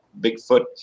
Bigfoot